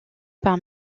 par